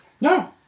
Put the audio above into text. No